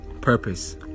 purpose